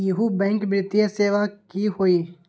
इहु बैंक वित्तीय सेवा की होई?